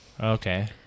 Okay